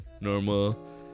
normal